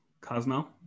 Cosmo